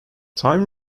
time